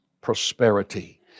prosperity